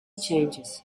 changes